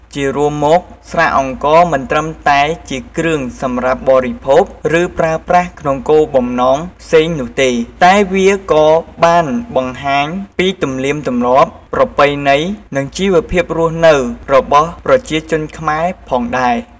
ជារួមមកស្រាអង្ករមិនត្រឹមតែជាគ្រឿងសម្រាប់បរិភោគ ឬប្រើប្រាស់ក្នុងគោលបំណងផ្សេងនោះទេ តែវាក៏បានបង្ហាញពី ទំនៀមទំម្លាប់ ប្រពៃណី និងជីវភាពរស់នៅរបស់ប្រជាជនខ្មែរផងដែរ។